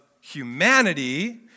humanity